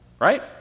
right